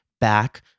back